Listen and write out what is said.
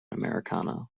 americano